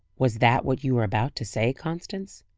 was that what you were about to say, constance?